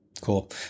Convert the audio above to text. Cool